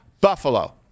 Buffalo